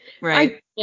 Right